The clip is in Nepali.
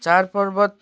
चाड पर्वत